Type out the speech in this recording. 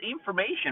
information